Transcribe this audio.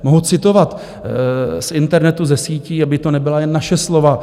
Mohou citovat z internetu, ze sítí, aby to nebyla jen naše slova.